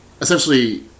essentially